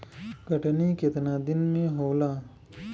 कटनी केतना दिन में होला?